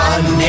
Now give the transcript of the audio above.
One